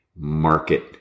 Market